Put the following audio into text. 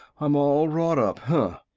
i'm all wrought up. huh!